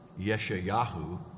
Yeshayahu